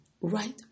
right